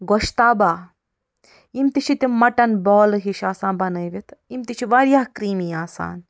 گۄشتابا یِم تہِ چھِ تِم مٹن بالہٕ ہِش آسان بنٲوِتھ یِم تہِ چھِ واریاہ کرٛیٖمی آسان